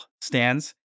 stands